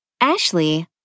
Ashley